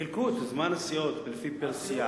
חילקו את זמן הסיעות, פר-סיעה.